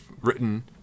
written